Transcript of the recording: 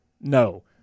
No